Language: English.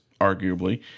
arguably